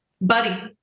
buddy